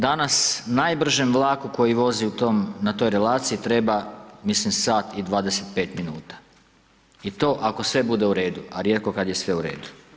Danas najbržem vlaku koji vozi na toj relaciji treba, mislim, 1 h i 25. min. i to ako sve bude u redu, a rijetko kad je sve u redu.